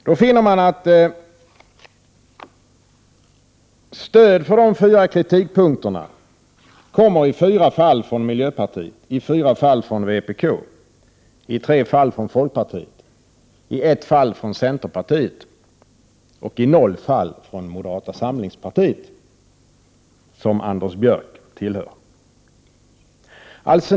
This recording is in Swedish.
Jag finner att stöd för de fyra kritikpunkterna kommer från miljöpartiet i fyra fall, från vpk i fyra fall, från folkpartiet i tre fall, från centerpartiet i ett fall och från moderaterna i noll fall. Moderata samlingspartiet är ju det parti som Anders Björck tillhör.